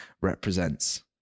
represents